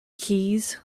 keys